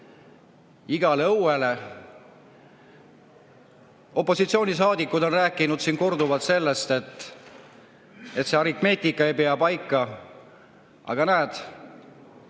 igale õuele. Opositsioonisaadikud on rääkinud siin korduvalt sellest, et see aritmeetika ei pea paika. Aga näed,